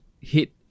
hit